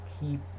keep